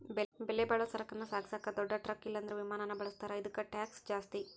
ಬೆಲೆಬಾಳೋ ಸರಕನ್ನ ಸಾಗಿಸಾಕ ದೊಡ್ ಟ್ರಕ್ ಇಲ್ಲಂದ್ರ ವಿಮಾನಾನ ಬಳುಸ್ತಾರ, ಇದುಕ್ಕ ಟ್ಯಾಕ್ಷ್ ಜಾಸ್ತಿ